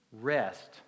rest